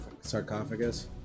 sarcophagus